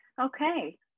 Okay